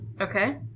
Okay